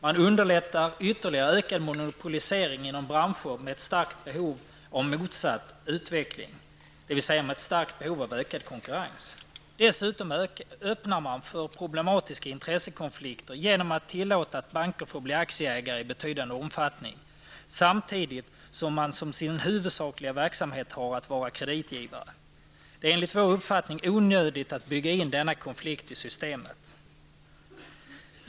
Man underlättar ytterligare ökad monopolisering inom branscher med ett starkt behov av motsatt utveckling, dvs. med ett starkt behov av ökad konkurrens. Dessutom öppnar man för problematiska intressekonflikter genom att tillåta att banker får bli aktieägare i betydande omfattning, samtidigt som de som sin huvudsakliga verksamhet har att vara kreditgivare. Det är enligt vår uppfattning onödigt att bygga in denna konflikt i systemet.